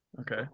okay